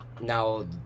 Now